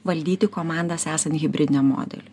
valdyti komandas esant hibridiniam modeliui